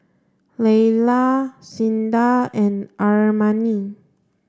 Laylah Cinda and Armani